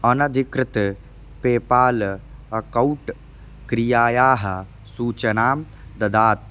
अनधिकृत् PayPal account क्रियायाः सूचनां दत्तात्